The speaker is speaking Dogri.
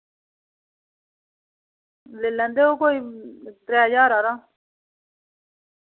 ले लैंदे ओ कोई त्रै ज्हार हारा